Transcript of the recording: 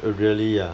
eh really ah